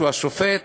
שהוא השופט,